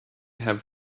have